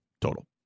total